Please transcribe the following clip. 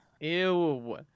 Ew